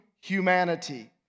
humanity